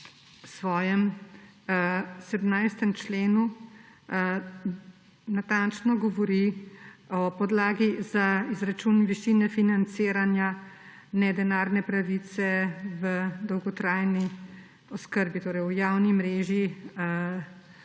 svojem 17. členu natančno govori o podlagi za izračun višine financiranja nedenarne pravice v dolgotrajni oskrbi, torej v javni mreži